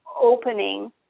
opening